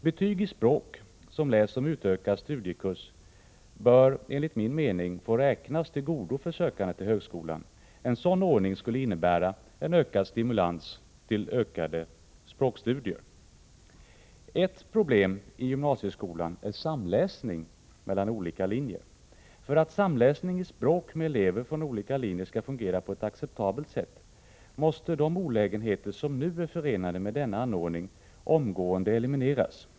Betyg i språk som läses som utökad studiekurs bör enligt min mening få räknas till godo för sökande till högskolan. En sådan ordning skulle innebära en ökad stimulans till ökade språkstudier. Ett problem i gymnasieskolan är samläsning mellan olika linjer. För att samläsning i språk med elever från olika linjer skall fungera på ett acceptabelt sätt måste de olägenheter som nu är förenade med denna anordning omgående elimineras.